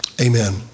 Amen